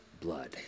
blood